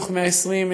מתוך 120,